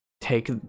take